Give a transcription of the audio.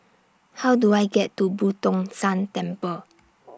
How Do I get to Boo Tong San Temple